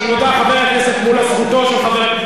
חבר הכנסת מולה,